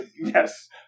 Yes